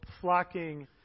flocking